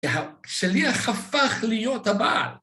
‫השליח הפך להיות הבעל.